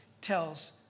tells